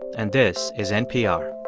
and this is npr